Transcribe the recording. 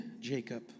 Jacob